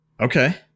Okay